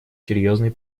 серьезной